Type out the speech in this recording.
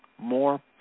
more